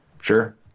Sure